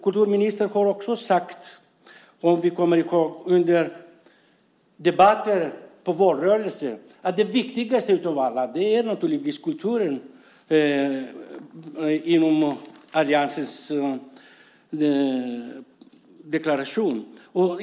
Kulturministern har sagt i debatter i valrörelsen att kulturen är det viktigaste av allt i alliansens deklaration.